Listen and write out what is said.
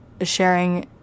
sharing